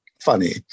funny